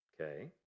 Okay